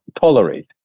tolerate